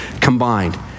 combined